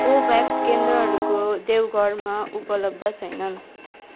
COVAX केन्द्रहरूको देवगढमा उपलब्ध छैनन्